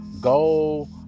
Go